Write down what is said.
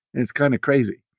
it's kind of crazy.